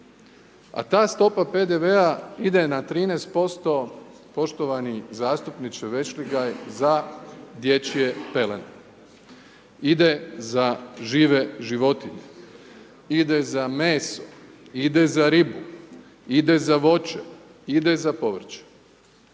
A ta stopa PDV-a ide na 13% poštovani zastupniče Vešligaj za dječje pelene. Ide za žive životinje, ide za meso, ide za ribu, ide za voće, ide za povrće